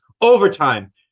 overtime